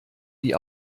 die